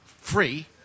free